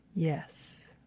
yes.